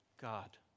God